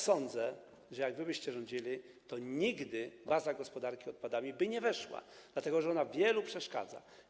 Sądzę, że gdybyście rządzili, to nigdy baza gospodarki odpadami by nie weszła, dlatego że ona wielu przeszkadza.